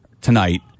tonight